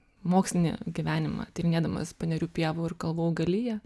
mokslinį gyvenimą tyrinėdamas panerių pievų ir kalvų augaliją